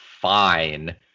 fine